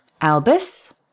Albus